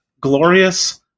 Glorious